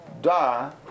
die